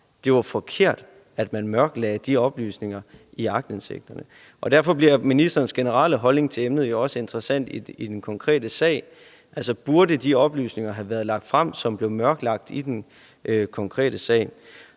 det var forkert at mørklægge de oplysninger i aktindsigterne. Derfor bliver ministerens generelle holdning til emnet jo også interessant i den konkrete sag. Altså, burde de oplysninger, som blev mørklagt i den konkrete sag,